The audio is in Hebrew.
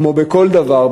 כמו בכל דבר,